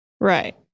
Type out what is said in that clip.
Right